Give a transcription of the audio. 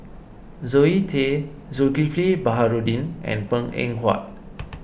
Zoe Tay Zulkifli Baharudin and Png Eng Huat